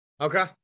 Okay